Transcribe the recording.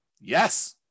Yes